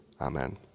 amen